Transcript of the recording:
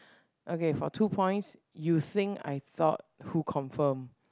okay for two points you think I thought who confirm